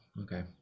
okay